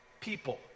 people